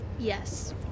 Yes